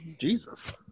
Jesus